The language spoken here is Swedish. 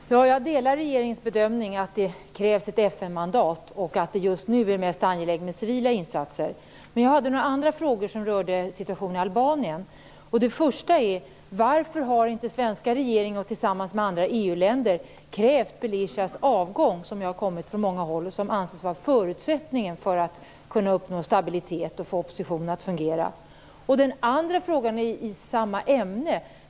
Fru talman! Jag delar regeringens bedömning att det krävs ett FN-mandat och att det just nu är mest angeläget med civila insatser. Jag har några andra frågor som rör situationen i Albanien. Den första frågan är: Varför har inte den svenska regeringen tillsammans med andra EU-länder krävt Berishas avgång? Det kravet har kommit från många håll och anses vara förutsättningen för att kunna uppnå stabilitet och få oppositionen att fungera. Den andra frågan rör samma ämne.